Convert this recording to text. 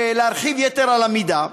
להרחיב יתר על המידה,